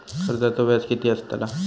कर्जाचो व्याज कीती असताला?